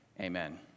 Amen